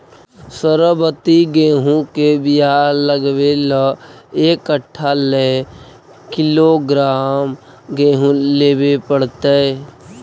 सरबति गेहूँ के बियाह लगबे ल एक कट्ठा ल के किलोग्राम गेहूं लेबे पड़तै?